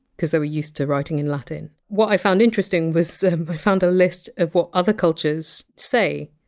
because they were used to writing in latin. what i found interesting was i found a list of what other cultures say,